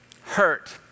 hurt